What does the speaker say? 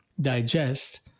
digest